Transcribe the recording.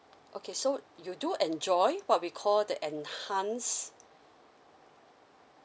okay so you do enjoy what we call the enhanced